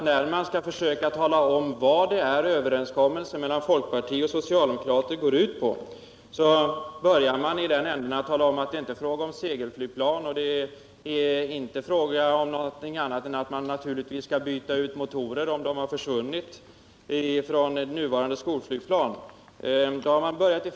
När jag försökte tala om vad överenskommelsen mellan socialdemokraterna och folkpartiet går ut på är det beklämmande att man på det hållet då börjar tala om att det inte är fråga om segelflygplan och att man naturligtvis skall byta ut motorer i det nuvarande skolflygplanet om dessa har försvunnit.